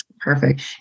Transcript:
Perfect